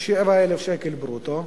של 7,000 שקל ברוטו,